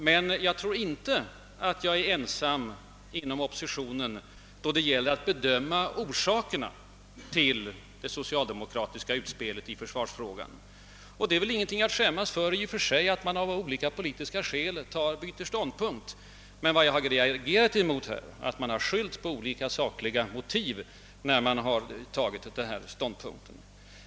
Men jag tror inte att jag är ensam inom oppositionen då det gäller att bedöma orsakerna till det socialdemokratiska utspelet i försvarsfrågan. Och det är väl ingenting att skämmas för att man av politiska skäl byter ståndpunkt. Men vad jag reagerat mot är att man skyllt på icke bärande sakliga motiv när man intagit en ny ståndpunkt.